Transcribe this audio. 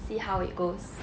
see how it goes